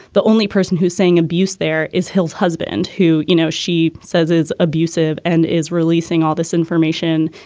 the only person who's saying abuse there is hill's husband who you know she says is abusive and is releasing all this information